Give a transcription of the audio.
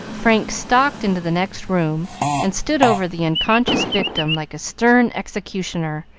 frank stalked into the next room and stood over the unconscious victim like a stern executioner,